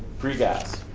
free gas,